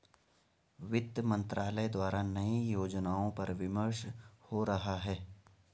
वित्त मंत्रालय द्वारा नए योजनाओं पर विमर्श हो रहा है